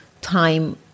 time